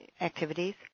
activities